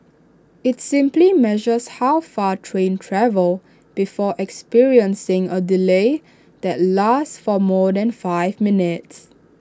IT simply measures how far trains travel before experiencing A delay that lasts for more than five minutes